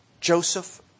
Joseph